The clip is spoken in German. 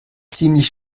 ziemlich